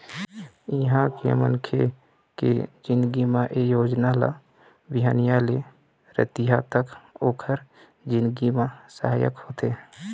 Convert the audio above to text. इहाँ के मनखे के जिनगी म ए योजना ल बिहनिया ले रतिहा तक ओखर जिनगी म सहायक होथे